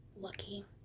Lucky